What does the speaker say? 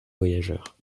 voyageurs